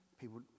people